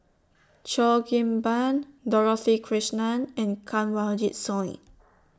Cheo Kim Ban Dorothy Krishnan and Kanwaljit Soin